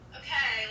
okay